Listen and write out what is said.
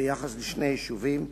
ביחס לשני יישובים,